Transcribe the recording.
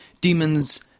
demons